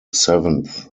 seventh